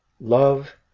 love